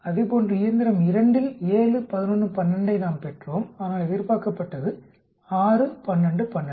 அதேபோன்று இயந்திரம் 2 இல் 7 11 12 ஐ நாம் பெற்றோம் ஆனால் எதிர்பார்க்கப்பட்டது 6 12 12